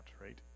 right